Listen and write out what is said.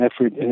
effort